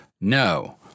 No